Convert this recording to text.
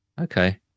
okay